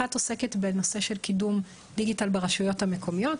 אחת עוסקת בנושא של קידום דיגיטל ברשויות המקומיות,